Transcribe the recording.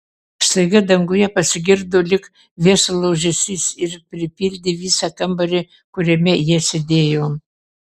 staiga danguje pasigirdo lyg viesulo ūžesys ir pripildė visą kambarį kuriame jie sėdėjo